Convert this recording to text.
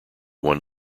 one